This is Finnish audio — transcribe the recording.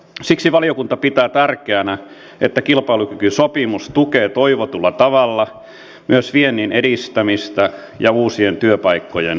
siksi valiokunta pitää tärkeänä että kilpailukykysopimus tukee toivotulla tavalla myös viennin edistämistä ja uusien työpaikkojen syntymistä